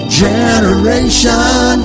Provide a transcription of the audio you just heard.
generation